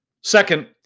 Second